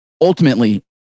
ultimately